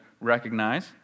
recognize